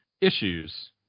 issues